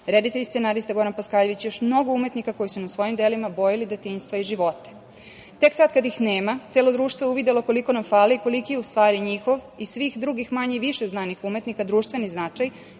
reditelj i scenarista Goran Paskaljević i još mnogo umetnika koji su nam svojim delima bojili detinjstva i živote. Tek sada, kada ih nema, celo društvo je uvidelo koliko nam fale i koliki je u stvari njihov i svih drugih manje i više znanih umetnika, društveni značaj